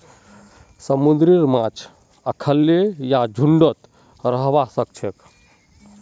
समुंदरेर माछ अखल्लै या झुंडत रहबा सखछेक